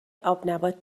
آبنبات